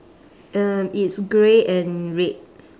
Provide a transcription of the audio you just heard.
um it's grey and red